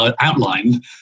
outlined